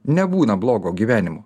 nebūna blogo gyvenimo